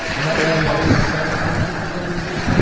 and they're all like seven hundred and fifty milliliters each so